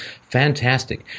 Fantastic